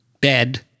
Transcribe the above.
bed